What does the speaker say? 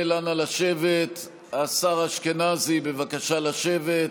השר אשכנזי, בבקשה לשבת.